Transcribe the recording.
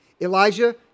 Elijah